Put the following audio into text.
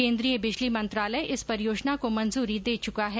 केन्द्रीय बिजली मंत्रालय इस परियोजना को मंजूरी दे चुका है